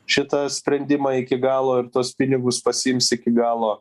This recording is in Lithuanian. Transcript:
šitą sprendimą iki galo ir tuos pinigus pasiims iki galo